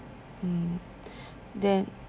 mm then